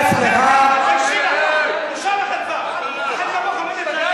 תתביישי לך, תתביישי לך, זו בושה וחרפה.